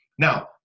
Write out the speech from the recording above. Now